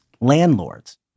landlords